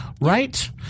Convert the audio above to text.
right